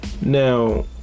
now